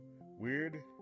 weird